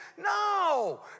No